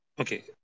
Okay